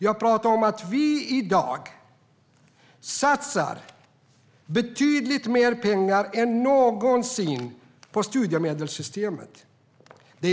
Jag pratar om att vi i dag satsar betydligt mer pengar än någonsin på studiemedelssystemet.